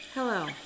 Hello